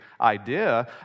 idea